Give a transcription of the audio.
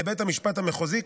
לבית המשפט המחוזי,